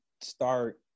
start